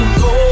go